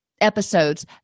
episodes